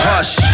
Hush